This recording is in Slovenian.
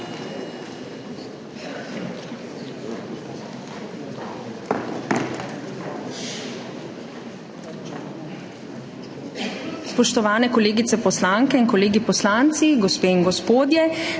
Spoštovani kolegice poslanke in kolegi poslanci, gospe in gospodje!